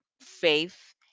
faith